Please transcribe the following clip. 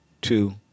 two